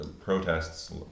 protests